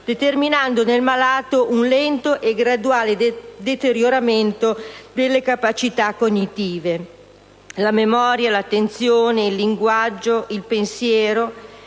determinando nel malato un lento e graduale deterioramento delle capacità cognitive: la memoria, l'attenzione, il linguaggio, il pensiero